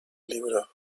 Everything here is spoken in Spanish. libro